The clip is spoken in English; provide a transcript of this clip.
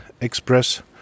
express